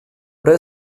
oder